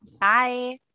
bye